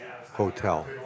hotel